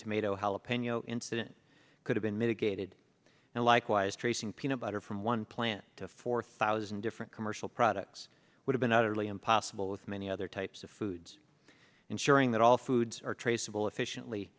tomato jalapeno incident could have been mitigated and likewise tracing peanut butter from one plant to four thousand different commercial products would have been utterly impossible with many other types of foods ensuring that all foods are traceable efficiently